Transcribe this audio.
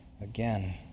again